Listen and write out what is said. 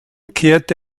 kehrte